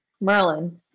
merlin